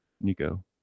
Nico